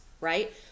right